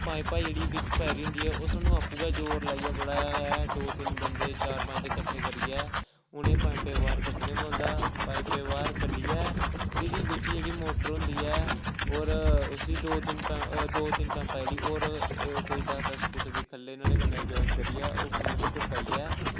पाइपां जेह्ड़ी बिच्च पाई दी होंदी ऐ ओह् सानूं जोर लाइयै बड़ा गै दौ तीन बंदे चार पंज कट्ठे करियै उ'नें पाइपें बाह्र कड्ढना पौंदा पाइपें गी बाहर कड्ढियै फिरी बिच्च जेह्ड़ी मोटर होंदी ऐ होर उस्सी दौ तिन्न दो तिन्न पाइपां होर कोई दस्स दस्स फुट दी खल्लै नुहाड़े कन्नै ज्वाईंट करियै ओह् थल्लै तकर पाइयै